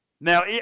Now